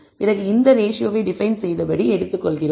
பிறகு இந்த ரேஷியோவை டிபைன் செய்தபடி எடுத்துக்கொள்கிறோம்